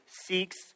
seeks